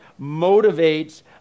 motivates